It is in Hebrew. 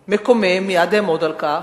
מקומם, ומייד אעמוד על כך,